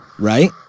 Right